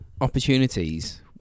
opportunities